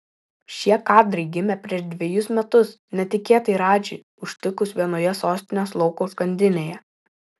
šie kadrai gimė prieš dvejus metus netikėtai radžį užtikus vienoje sostinės lauko užkandinėje